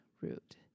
root